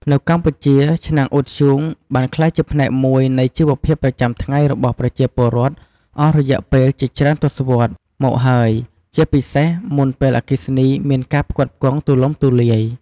នៅកម្ពុជា ឆ្នាំងអ៊ុតធ្យូងបានក្លាយជាផ្នែកមួយនៃជីវភាពប្រចាំថ្ងៃរបស់ប្រជាពលរដ្ឋអស់រយៈពេលជាច្រើនទសវត្សរ៍មកហើយ ជាពិសេសមុនពេលអគ្គិសនីមានការផ្គត់ផ្គង់ទូលំទូលាយ។